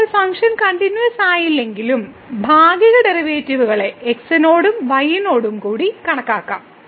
ഇപ്പോൾ ഫംഗ്ഷൻ കണ്ടിന്യൂവസ്സായില്ലെങ്കിലും ഭാഗിക ഡെറിവേറ്റീവുകളെ x നോടും y നോടും കൂടി കണക്കാക്കാം